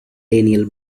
daniel